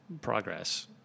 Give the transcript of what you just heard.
progress